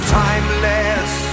timeless